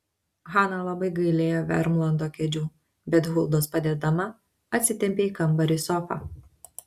hana labai gailėjo vermlando kėdžių bet huldos padedama atsitempė į kambarį sofą